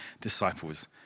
disciples